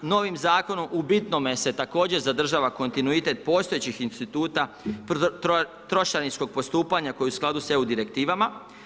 Novim Zakonom u bitnom se također zadržava kontinuitet postojećih instituta trošarinskog postupanja koji je u skladu s EU direktivama.